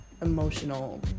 emotional